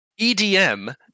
EDM